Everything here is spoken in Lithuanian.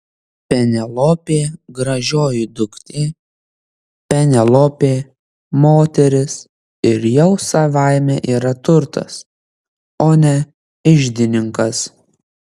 penelopė gražioji duktė penelopė moteris ir jau savaime yra turtas o ne iždininkas